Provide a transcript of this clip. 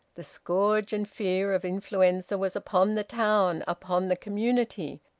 the scourge and fear of influenza was upon the town, upon the community,